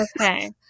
Okay